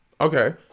Okay